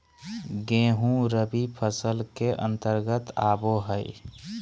गेंहूँ रबी फसल के अंतर्गत आबो हय